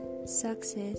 success